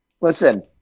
listen